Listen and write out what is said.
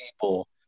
people